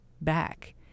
back